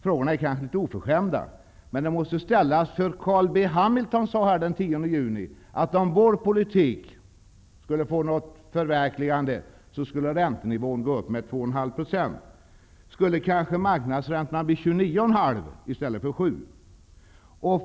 Frågan är kanske litet oförskämd, men den måste ställas, för Carl B. Hamilton sade den 10 juni att med socialdemokraternas politik skulle räntenivån gå upp med 2,5 %. Skulle kanske marknadsräntan ha blivit 29,5 % istället för 27?